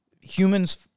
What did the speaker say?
humans